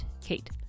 Kate